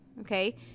okay